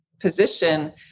position